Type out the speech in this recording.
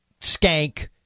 Skank